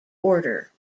order